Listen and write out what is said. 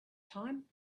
time